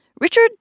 Richard